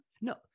No